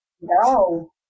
No